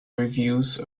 reviews